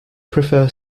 prefer